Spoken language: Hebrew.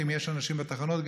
אם יש אנשים בתחנות,